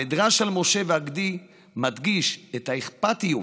המדרש של משה והגדי מדגיש את האכפתיות